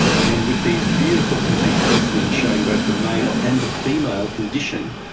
and with these beautiful complete specimens showing both the male and the female condition,